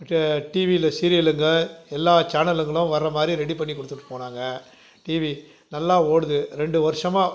டிவியில் சீரியலுங்கள் எல்லா சேனலுங்களும் வர மாதிரி ரெடி பண்ணிவிட்டு கொடுத்துட்டு போனாங்க டிவி நல்லா ஓடுது ரெண்டு வருஷமாக